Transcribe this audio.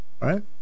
right